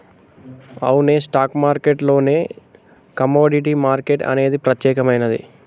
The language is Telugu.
అవునే స్టాక్ మార్కెట్ లోనే కమోడిటీ మార్కెట్ అనేది ప్రత్యేకమైనది